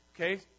Okay